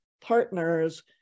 partners